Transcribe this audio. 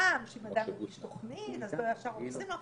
שאם אדם מגיש תוכנית אז לא ישר הורסים לו.